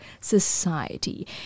society